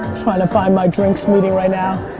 trying to find my drinks meeting right now.